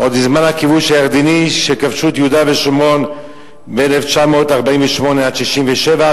עוד בזמן הכיבוש הירדני שכבשו את יהודה ושומרון ב-1948 1967,